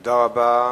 תודה רבה.